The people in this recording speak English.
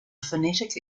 phonetic